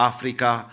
Africa